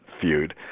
feud